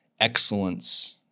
excellence